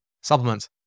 supplements